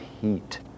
heat